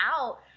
out